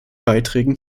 beiträgen